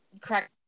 correct